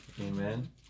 Amen